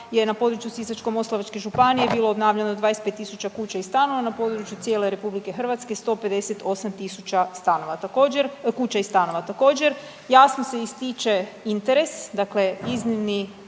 na području Sisačko-moslavačke županije bilo obnavljano 25 000 kuća i stanova, na području cijele RH 158 000 kuća i stanova. Također, jasno se ističe interes, dakle iznimni